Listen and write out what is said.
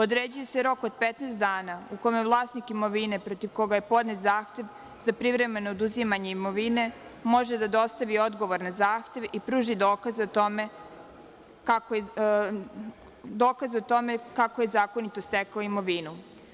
Određuje se rok od 15 dana u kome vlasnik imovine protiv koga je podnet zahtev za privremeno oduzimanje imovine može da dostavi odgovor na zahtev i pruži dokaze o tome kako je zakonito stekao imovinu.